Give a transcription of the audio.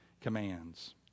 commands